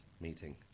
meeting